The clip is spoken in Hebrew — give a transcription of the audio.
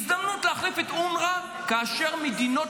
הזדמנות להחליף את אונר"א, כאשר מדינות